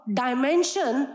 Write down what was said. dimension